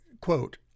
quote